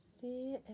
See